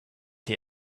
here